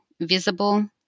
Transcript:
visible